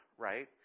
Right